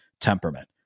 temperament